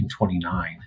1929